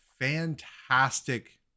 Fantastic